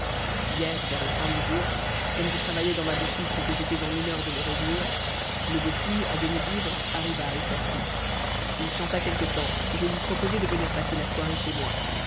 hier vers la fin du jour comme je travaillais dans ma boutique et que j'étais en humeur de me réjouir le bossu à demi ivre arriva et s'assit il chanta quelque temps et je lui proposai de venir passer la soirée chez moi